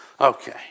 Okay